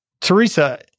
Teresa